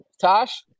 Tosh